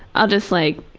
i'll just like,